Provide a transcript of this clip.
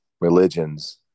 religions